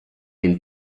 den